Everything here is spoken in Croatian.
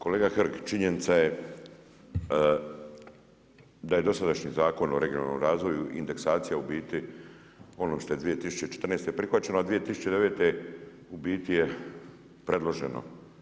Kolega Hrg, činjenica je da je dosadašnji Zakon o regionalnom razvoju, indeksacija u biti ono što je 2014. prihvaćeno, a 2009. u biti je predloženo.